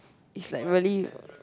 is like really